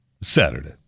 Saturday